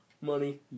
Money